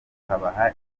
tukabaha